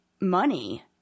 money